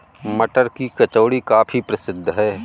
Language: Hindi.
मटर की कचौड़ी काफी प्रसिद्ध है